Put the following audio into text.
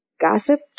Gossip